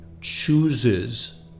chooses